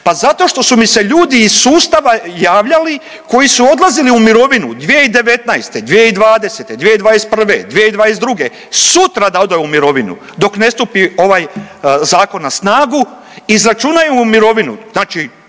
Pa zato što su mi se ljudi iz sustava javljali koji su odlazili u mirovinu 2019., 2020., 2021., 2022., sutra da ode u mirovinu dok ne stupi ovaj zakon na snagu izračunaju mu mirovinu,